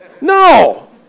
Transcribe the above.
No